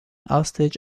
hostage